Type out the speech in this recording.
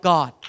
God